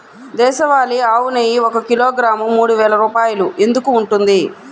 దేశవాళీ ఆవు నెయ్యి ఒక కిలోగ్రాము మూడు వేలు రూపాయలు ఎందుకు ఉంటుంది?